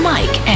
Mike